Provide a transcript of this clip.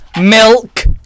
milk